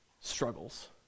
struggles